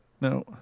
No